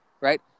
right